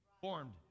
formed